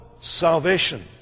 salvation